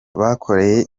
bakoreye